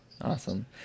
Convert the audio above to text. awesome